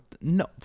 No